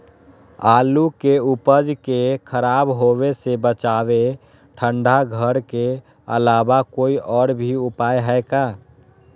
आलू के उपज के खराब होवे से बचाबे ठंडा घर के अलावा कोई और भी उपाय है का?